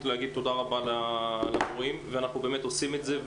להגיד תודה רבה למורים ואנחנו באמת עושים את זה.